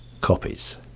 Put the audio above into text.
copies